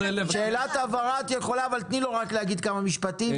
שאלת הבהרה --- אבל תני לו קודם להגיד כמה משפטים.